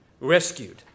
Rescued